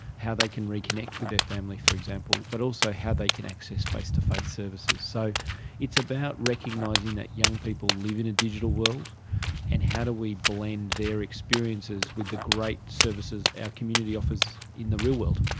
how they can reconnect with their family, for example, but also how they can access face-to-face services. so it's about recognising that young people live in a digital world and how do we blend their experiences with the great services our community offers in the real world.